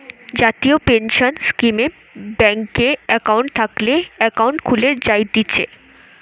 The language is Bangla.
জাতীয় পেনসন স্কীমে ব্যাংকে একাউন্ট থাকলে একাউন্ট খুলে জায়তিছে